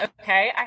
okay